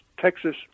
Texas